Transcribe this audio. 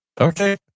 okay